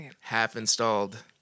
half-installed